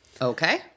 Okay